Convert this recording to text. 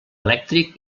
elèctric